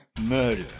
Murder